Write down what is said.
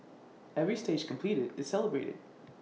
every stage completed is celebrated